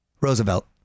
Roosevelt